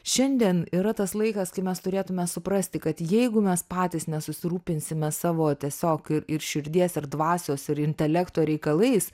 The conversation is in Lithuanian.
šiandien yra tas laikas kai mes turėtume suprasti kad jeigu mes patys nesusirūpinsime savo tiesiog ir ir širdies ir dvasios ir intelekto reikalais